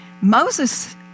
Moses